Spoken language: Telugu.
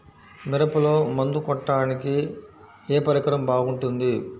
మిరపలో మందు కొట్టాడానికి ఏ పరికరం బాగుంటుంది?